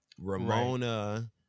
Ramona